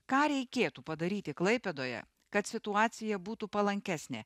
ką reikėtų padaryti klaipėdoje kad situacija būtų palankesnė